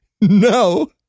no